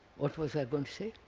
what was i going to